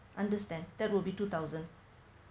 understand that would be two thousand